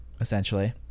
essentially